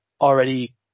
already